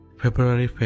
February